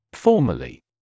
Formally